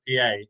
PA